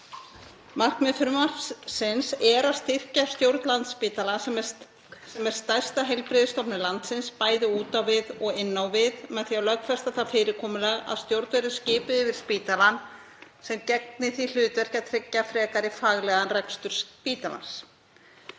Markmið frumvarpsins er að styrkja stjórn Landspítala sem er stærsta heilbrigðisstofnun landsins, bæði út á við og inn á við, með því að lögfesta það fyrirkomulag að stjórn verði skipuð yfir spítalann sem gegni því hlutverki að tryggja frekar faglegan rekstur spítalans.